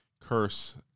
Curse